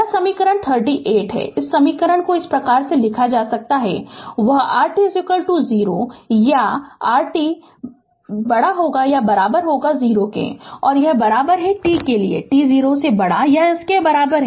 यह समीकरण 38 है इस समीकरण को इस प्रकार लिखा जा सकता है वह rt 0 ort बराबर 0 और t के लिये t 0 से बड़ा या बराबर